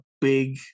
big